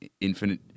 infinite